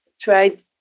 tried